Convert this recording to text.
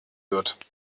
wird